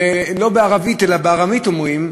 ולא בערבית, אלא בארמית, אומרים: